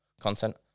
content